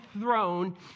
throne